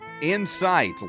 Insight